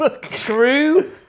True